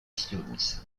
students